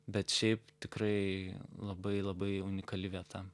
bet šiaip tikrai labai labai unikali vieta